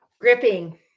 gripping